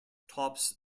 tops